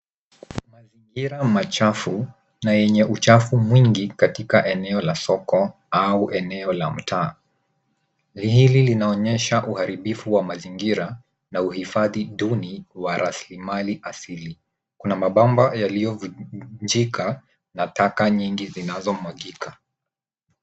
Mazingira machafu na enye uchafu mwingi katika eneo la soko au eneo la mtaa. Hili linaonyesha uharibifu wa mazingira na uhifadhi duni wa rasilimali asili. Kuna mabomba yaliyovunjika na taka nyingi zinazo mwagika.